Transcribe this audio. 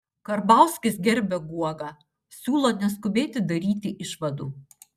karbauskis gerbia guogą siūlo neskubėti daryti išvadų